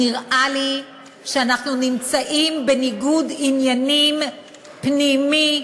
נראה לי שאנחנו נמצאים בניגוד עניינים פנימי,